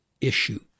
issue